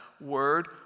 word